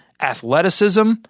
athleticism